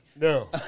No